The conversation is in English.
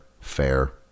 Fair